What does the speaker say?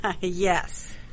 Yes